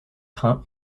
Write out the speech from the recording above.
train